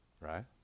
right